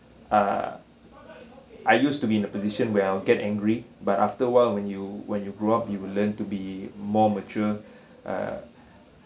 ah I used to be in a position where I'll get angry but after a while when you when you grow up you will learn to be more mature uh